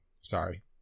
sorry